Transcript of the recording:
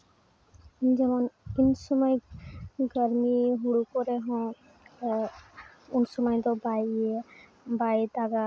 ᱡᱮᱢᱚᱱ ᱩᱱ ᱥᱚᱢᱚᱭ ᱜᱨᱟᱢᱤ ᱦᱳᱲᱳ ᱠᱚᱨᱮ ᱦᱚᱸ ᱩᱱ ᱥᱚᱢᱚᱭ ᱫᱚ ᱵᱟᱭ ᱤᱭᱟᱹᱭᱟ ᱵᱟᱭ ᱫᱟᱜᱟ